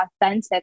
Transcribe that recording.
authentic